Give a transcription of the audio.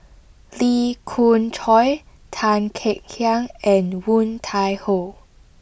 Lee Khoon Choy Tan Kek Hiang and Woon Tai Ho